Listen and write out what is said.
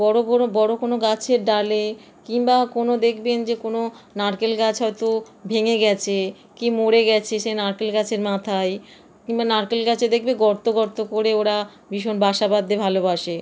বড় কোনও বড় কোনও গাছের ডালে কিংবা কোনও দেখবেন যে কোনও নারকেল গাছ হয়তো ভেঙে গেছে কি মরে গেছে সেই নারকেল গাছের মাথায় কিংবা নারকেল গাছে দেখবে গর্ত গর্ত করে ওরা ভীষণ বাসা বাঁধতে ভালোবাসে